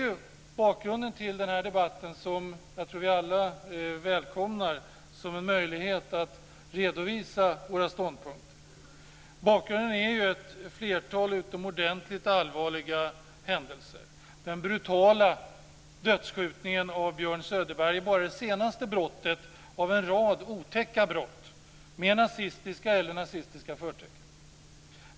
Vi välkomnar alla debatten som en möjlighet att redovisa våra ståndpunkter. Bakgrunden är ett flertal utomordentligt allvarliga händelser. Den brutala dödsskjutningen av Björn Söderberg var det senaste brottet i en rad otäcka brott med nazistiska eller rasistiska förtecken.